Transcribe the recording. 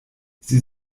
sie